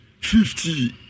fifty